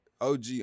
OG